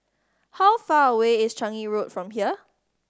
how far away is Changi Road from here